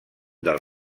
del